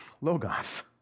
logos